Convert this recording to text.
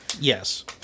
Yes